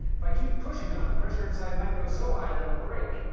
if i keep pushing on it the pressure inside might go so high that it'll break.